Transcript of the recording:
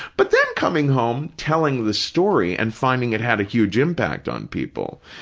but then, coming home, telling the story and finding it had a huge impact on people.